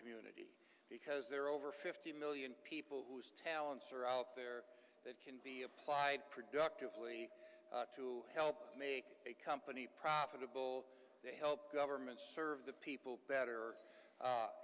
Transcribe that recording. community because there are over fifty million people whose talents are out there that can be applied productively to help make a company profitable they help governments serve the people better